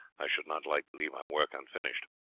i should not like to leave our work unfinished.